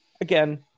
Again